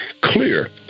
clear